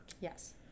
Yes